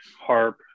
Harp